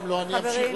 אם לא, אני אמשיך,